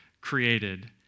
created